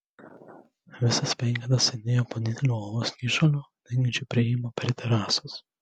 visas penketas sėdėjo po dideliu uolos kyšuliu dengiančiu priėjimą prie terasos